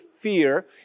fear